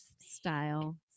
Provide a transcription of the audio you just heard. style